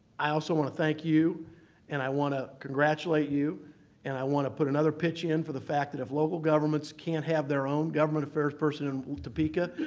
i also want to thank you and i want to congratulate you and i want to put another pitch in for the fact that if local governments can't have their own government affairs person in topeka,